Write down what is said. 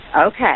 Okay